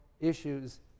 issues